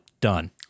done